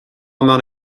amount